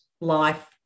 life